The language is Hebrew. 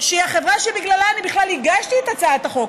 שהיא החברה שבגללה אני בכלל הגשתי את הצעת החוק,